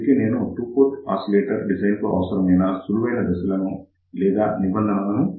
అందుకే నేను ఒక టుపోర్ట్ ఆసిలేటర్ డిజైన్ కు అవసరమైన సులువైన దశలను లేదా నిబంధనలను మీకు చెబుతున్నాను